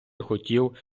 хотів